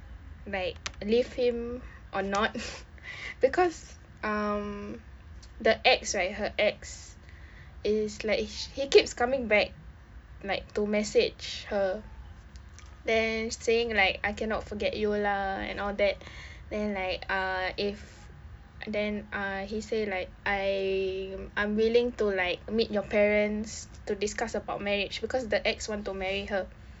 like leave him or not because um the ex right her ex is like he keeps coming back like to message her then saying like I cannot forget you lah and all that then like uh if then uh he say like I I'm willing to like meet your parents to discuss about marriage because the ex want to marry her